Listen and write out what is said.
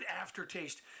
aftertaste